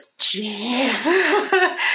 Jeez